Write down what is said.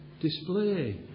display